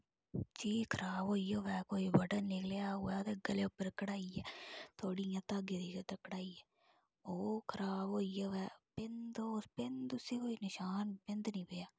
चीज़ खराब होई होऐ कोई बटन निकले दा होऐ ते गले पर कढ़ाई ऐ थोह्ड़ी इंया धागे दी गै कढ़ाई ऐ ओह् खराब होई होऐ बिंद उसी कोई नशान बिंद कोई नशान पेआ ऐ